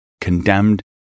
condemned